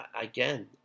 again